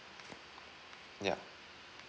yup